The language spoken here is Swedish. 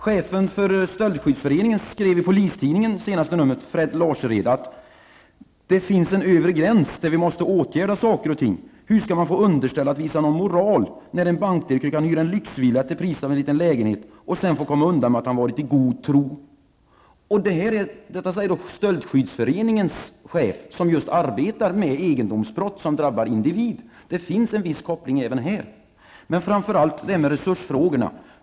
Chefen för Stöldskyddsföreningen, Fred Larsered, säger i senaste numret av Polistidningen att det finns en övre gräns, att vi måste börja åtgärda saker och ting. Han säger: ''-- Hur ska man få de underställda att visa någon moral när till exempel en bankdirektör kan hyra en lyxvilla till priset av en liten lägenhet, och sedan få komma undan med att han varit 'i god tro'?'' Detta undrar alltså Stöldskyddsföreningens chef, som arbetar med just egendomsbrott som drabbar den enskilde individen. Det finns således en viss koppling även här. Framför allt gäller det resursfrågorna.